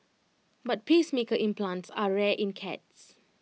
but pacemaker implants are rare in cats